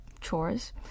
chores